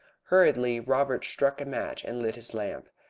hurriedly robert struck a match and lit his lamp.